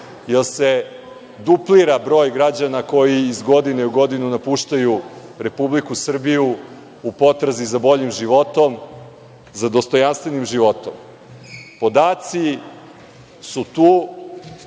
jer se duplira broj građana koji iz godine u godinu napuštaju Republiku Srbiju u potrazi za boljim životom, za dostojanstvenim životom? Podaci su tu.